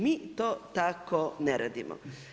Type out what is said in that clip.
Mi to tako ne radimo.